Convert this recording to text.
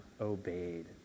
obeyed